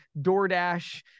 DoorDash